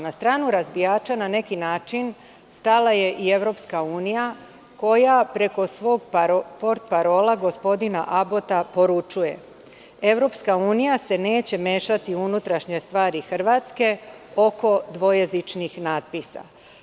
Na stranu razbijača, na neki način, stala je i EU koja preko svog potparola, gospodina Abota poručuje, EU se neće mešati u unutrašnje stvari Hrvatske oko dvojezičkih natpisa.